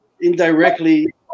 indirectly